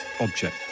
object